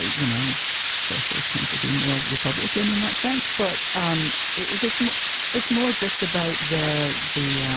you know, socialist tend to be more republican in that sense. but um it's more it's more just about the the,